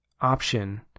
option